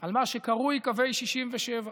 על מה שקרוי קווי 67',